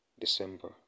December